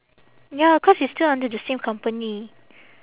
ya cause it's still under the same company